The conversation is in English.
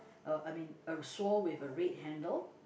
uh I mean a saw with a red handle